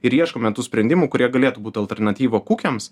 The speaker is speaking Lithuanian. ir ieškome tų sprendimų kurie galėtų būt alternatyva kukiams